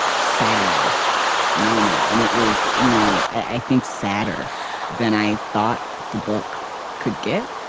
sad moment. and it was you know i think sadder than i thought the book could get